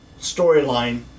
storyline